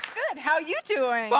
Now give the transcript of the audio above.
good, how you doing? but